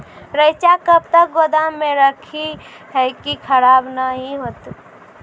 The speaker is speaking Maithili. रईचा कब तक गोदाम मे रखी है की खराब नहीं होता?